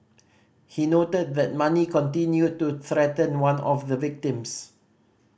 he noted that Mani continued to threaten one of the victims